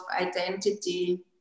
identity